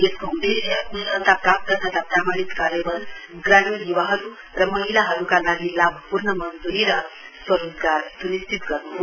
यसको उदेश्य क्शलता प्राप्त तथा प्रमाणित कर्याबल ग्रामीण युवाहरू र महिलाहरूका लागि लाभपूर्ण मजदूरी र स्वरोजगार सुनिश्चित गर्न् हो